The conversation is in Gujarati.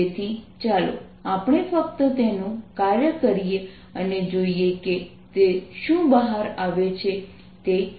તેથી ચાલો આપણે ફક્ત તેનું કાર્ય કરીએ અને જોઈએ કે તે શું બહાર આવે છે